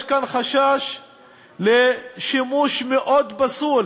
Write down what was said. יש כאן חשש לשימוש מאוד פסול